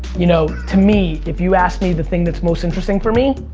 you know, to me, if you ask me the thing that's most interesting for me,